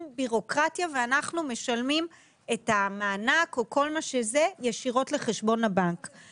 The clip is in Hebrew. בירוקרטיה ואנחנו משלמים את המענק או כל מה שיש ישירות לחשבון הבנק שלו.